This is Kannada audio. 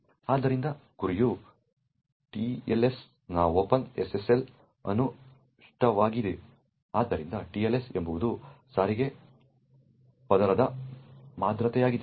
ಆದ್ದರಿಂದ ಗುರಿಯು TLS ನ ಓಪನ್ SSL ಅನುಷ್ಠಾನವಾಗಿತ್ತು ಆದ್ದರಿಂದ TLS ಎಂಬುದು ಸಾರಿಗೆ ಪದರದ ಭದ್ರತೆಯಾಗಿದೆ